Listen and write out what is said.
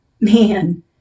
Man